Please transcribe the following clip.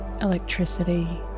electricity